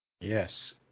Yes